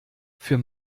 für